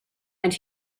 and